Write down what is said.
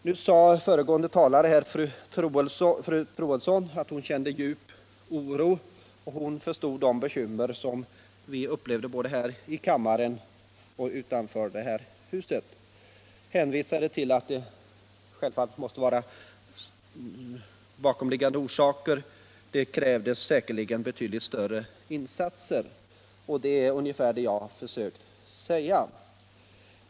Nu sade föregående talare, fru Troedsson, att hon kände djup oro och förstod de bekymmer som både vi här i kammaren och andra utanför detta hus upplevde. Hon hänvisade till att det måste finnas bakomliggande orsaker till mellanölets utbredning och att det säkerligen krävdes betydligt större insatser. Det är också ungefär vad jag har försökt säga.